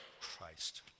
Christ